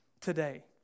today